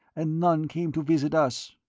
and none came to visit us.